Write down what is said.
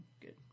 good